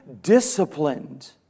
disciplined